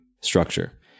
structure